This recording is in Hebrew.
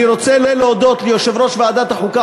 אני רוצה להודות ליושב-ראש ועדת החוקה,